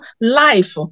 life